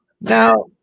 Now